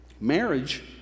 Marriage